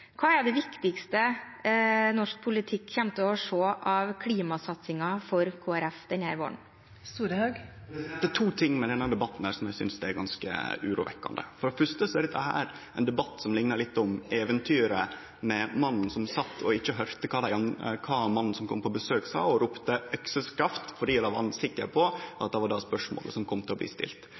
Hva er det viktigste norsk politikk kommer til å se av klimasatsingen for Kristelig Folkeparti denne våren? Det er to ting ved denne debatten som eg synest er ganske urovekkjande. For det fyrste er dette ein debatt som minner litt om eventyret om mannen som satt og ikkje høyrde kva mannen som kom på besøk sa, og ropte «økseskaft» fordi han var sikker på at det var det spørsmålet som kom til å bli stilt.